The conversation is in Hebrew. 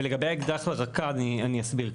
לגבי האקדח לרקה, אני אסביר.